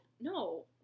no